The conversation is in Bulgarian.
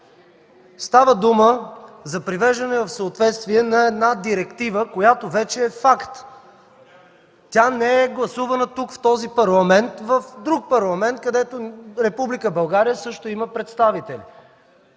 Става дума за привеждане в съответствие на една директива, която вече е факт. Тя не е гласувана тук, в този Парламент, а в друг парламент, където Република България също има представители.